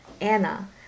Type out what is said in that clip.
Anna